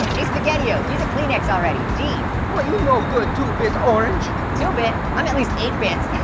hey spaghetti-os, use a kleenex already, geez. why you no good, two bit orange. two bit? i'm at least eight bits.